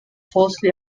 falsely